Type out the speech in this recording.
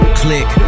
click